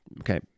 okay